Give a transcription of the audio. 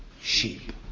sheep